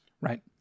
Right